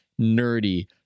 nerdy